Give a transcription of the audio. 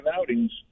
outings